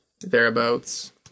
thereabouts